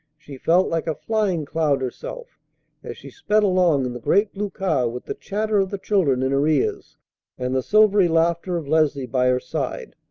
she felt like a flying cloud herself as she sped along in the great blue car with the chatter of the children in her ears and the silvery laughter of leslie by her side.